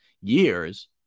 years